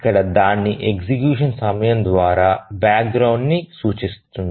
ఇక్కడ దాని ఎగ్జిక్యూషన్ సమయం ద్వారా బ్యాక్గ్రౌండ్ని సూచిస్తాము